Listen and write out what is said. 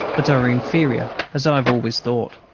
but are inferior, as i have always thought.